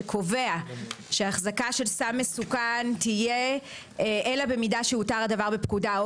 שקובע שהחזקה של סם מסוכן תהיה אלא במידה שהותר הדבר בפקודה או